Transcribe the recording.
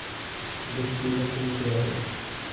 वित्तीय कम्पनी क्या है?